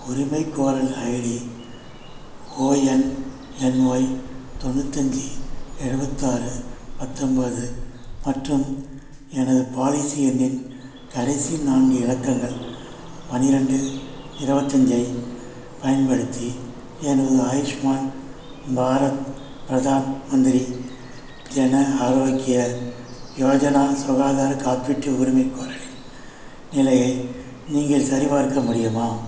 உரிமைக்கோரல் ID O N N Y தொண்ணூத்தஞ்சு எழுவத்து ஆறு பத்தொம்போது மற்றும் எனது பாலிசி எண்ணின் கடைசி நான்கு இலக்கங்கள் பனிரெண்டு இருவத்தஞ்சி பயன்படுத்தி எனது ஆயிஷ்மான் பாரத் ப்ரதான் மந்திரி ஜன ஆரோக்கிய யோஜனா சுகாதாரக் காப்பீட்டு உரிமைக்கோரலின் நிலையை நீங்கள் சரிபார்க்க முடியுமா